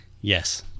Yes